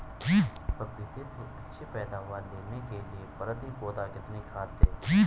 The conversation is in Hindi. पपीते से अच्छी पैदावार लेने के लिए प्रति पौधा कितनी खाद दें?